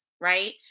right